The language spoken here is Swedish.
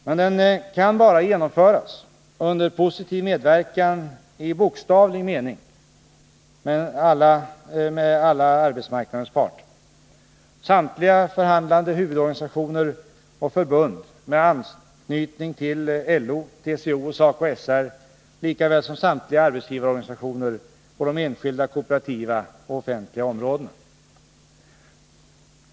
Men den kan bara genomföras under positiv medverkan av i bokstavlig mening alla arbetsmarknadens parter: samtliga förhandlande huvudorganisationer och förbund med anknytning till LO, TCO och SACO/SR lika väl som samtliga arbetsgivarorganisationer på de enskilda, kooperativa och offentliga områdena.